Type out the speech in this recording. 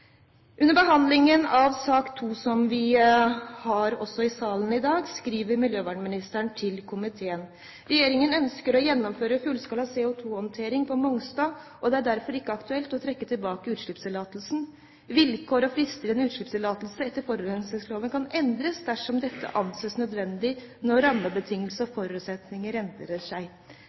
Under behandlingen av sak nr. 2, som vi også behandler her i salen i dag, skriver miljøvernministeren til komiteen: «Regjeringen ønsker å gjennomføre fullskala CO2-håndtering på Mongstad, og det er derfor ikke aktuelt å trekke tilbake utslippstillatelsen. Vilkår og frister i en utslippstillatelse etter forurensningsloven kan endres dersom dette anses nødvendig når rammebetingelser og forutsetninger endrer seg.